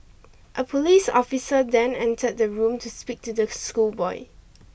a police officer then entered the room to speak to the schoolboy